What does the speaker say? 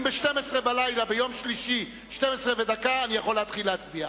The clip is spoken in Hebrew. אם ב-24:00, ביום שלישי, 00:01, אני יכול להצביע.